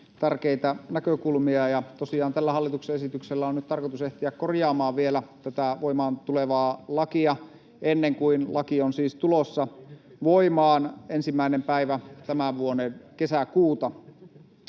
monia tärkeitä näkökulmia, ja tosiaan tällä hallituksen esityksellä on nyt tarkoitus ehtiä korjaamaan vielä tätä voimaan tulevaa lakia ennen kuin laki on siis tulossa voimaan 1. päivänä tämän vuoden kesäkuuta.